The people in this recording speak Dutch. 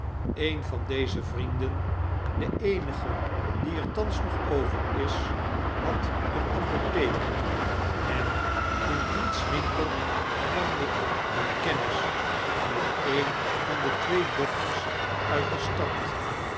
een van deze vrienden de eenige het geheim ontdekt die er thans nog over is had een apotheek en in diens winkel kwam ik in kennismeteen van de twee dokters nit de stad